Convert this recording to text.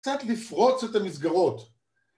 קצת לפרוץ את המסגרות